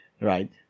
Right